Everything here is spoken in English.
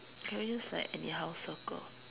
can we just like anyhow circle